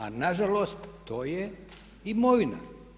A nažalost to je imovina.